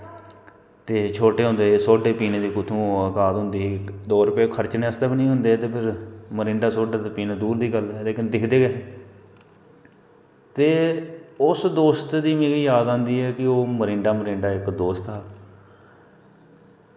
ते छोटे होंदे सोडे पीने दी कुत्थूं औकात होंदी ही दो रपेऽ खर्चने आस्तै बी नी होंदे हे ते फिर मरिंडा सोडा पीना ते दूर दी गल्ल ऐ ते लेकिन दिखदे गै हे ते उस दोस्त दी मिगी याद आंदी ऐ कि ओह् मरिंडा मरिंडा इक दोस्त हा